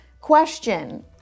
question